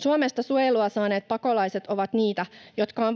Suomesta suojelua saaneet pakolaiset ovat niitä, jotka on